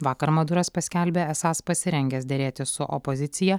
vakar maduras paskelbė esąs pasirengęs derėtis su opozicija